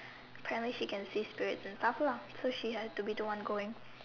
apparently she get see spirits and stuff lah push she has to be the one going